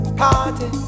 party